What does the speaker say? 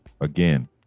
again